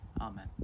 Amen